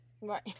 right